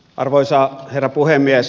arvoisa herra puhemies